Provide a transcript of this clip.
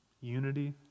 unity